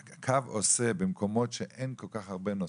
קו עושה קילומטרים אדירים במקומות שאין בהם כל כך הרבה נוסעים,